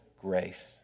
grace